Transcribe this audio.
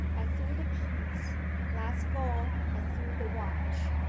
i threw the keys last of all i threw the watch.